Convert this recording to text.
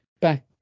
back